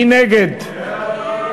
מי נגד?